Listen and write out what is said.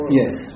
yes